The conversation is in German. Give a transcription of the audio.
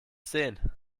sehen